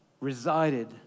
resided